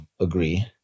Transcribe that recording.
agree